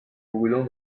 brûlant